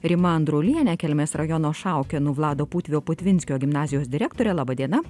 rima andruliene kelmės rajono šaukėnų vlado putvio putvinskio gimnazijos direktore laba diena